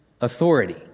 authority